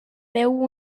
peu